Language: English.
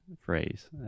phrase